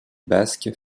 basque